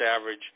average